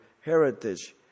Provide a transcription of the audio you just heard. heritage